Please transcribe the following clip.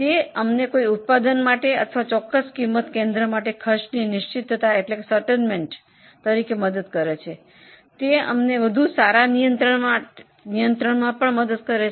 તે અમને ખાતરી પૂર્વક ઉત્પાદન ખર્ચ અથવા ખર્ચ કેન્દ્ર અને નિયંત્રણમાં પણ મદદ કરે છે